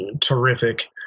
terrific